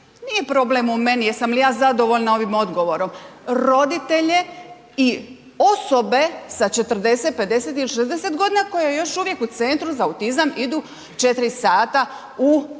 nije problem u meni, jesam li ja zadovoljna ovim odgovorom, roditelje i osobe sa 40, 50 ili 60 godina koje još uvijek u centru za autizam idu 4 sata u osnovnu